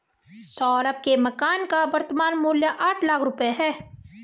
सौरभ के मकान का वर्तमान मूल्य आठ लाख रुपये है